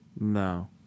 No